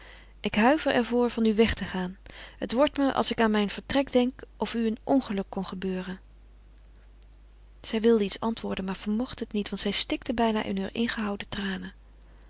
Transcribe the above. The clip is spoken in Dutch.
ik huiver er voor van u weg te gaan het wordt me als ik aan mijn vertrek denk of u een ongeluk kon gebeuren zij wilde iets antwoorden maar vermocht het niet want zij stikte bijna in heure ingehouden tranen